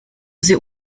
sie